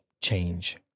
change